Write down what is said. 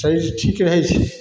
शरीर ठीक रहै छै